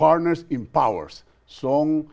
partners empowers song